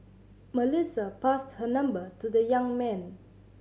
Melissa passed her number to the young man